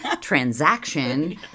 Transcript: transaction